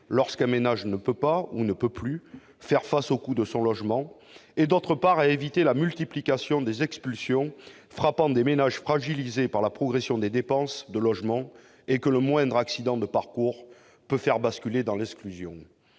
lorsqu'un ménage ne peut pas, ou ne peut plus, faire face au coût de son logement et, d'autre part, d'éviter la multiplication des expulsions locatives frappant des ménages, fragilisés par la progression des dépenses de logement et que le moindre accident de parcours peut faire basculer dans l'exclusion.